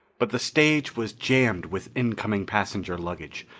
but the stage was jammed with incoming passenger luggage,